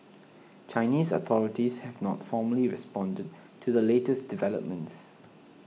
Chinese authorities have not formally responded to the latest developments